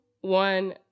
one